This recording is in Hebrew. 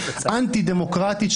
אנטי דמוקרטית,